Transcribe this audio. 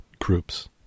groups